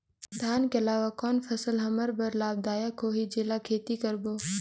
धान के अलावा कौन फसल हमर बर लाभदायक होही जेला खेती करबो?